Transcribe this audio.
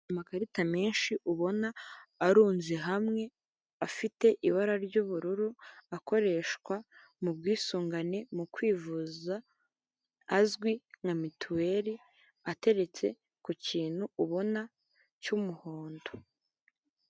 Amakarita menshi ubona arunze hamwe afite ibara ry'ubururu, akoreshwa mu bwisungane mu kwivuza azwi nka mituweli, ateretse ku kintu ubona cy'umuhondo.